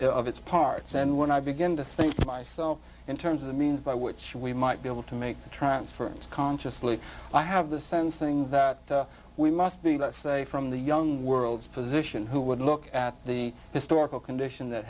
all of its parts and when i begin to think of myself in terms of the means by which we might be able to make the transference consciously i have the sense things that we must be safe from the young worlds position who would look at the historical condition that